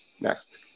Next